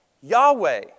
Yahweh